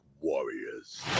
warriors